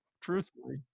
truthfully